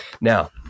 Now